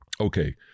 Okay